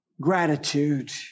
gratitude